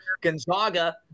Gonzaga